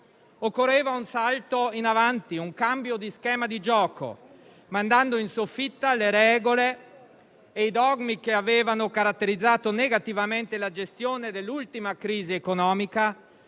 Occorreva un salto in avanti, un cambio di schema di gioco, mandando in soffitta le regole e i dogmi che avevano caratterizzato negativamente la gestione dell'ultima crisi economica,